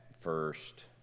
First